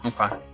okay